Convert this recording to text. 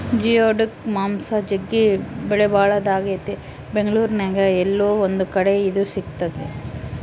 geoduck ಮಾಂಸ ಜಗ್ಗಿ ಬೆಲೆಬಾಳದಾಗೆತೆ ಬೆಂಗಳೂರಿನ್ಯಾಗ ಏಲ್ಲೊ ಒಂದು ಕಡೆ ಇದು ಸಿಕ್ತತೆ